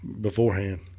beforehand